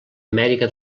amèrica